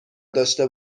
داشته